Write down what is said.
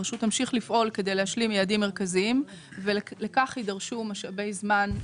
הרשות תמשיך לפעול כדי להשלים יעדים מרכזיים ולכך יידרשו משאבי זמן,